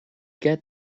get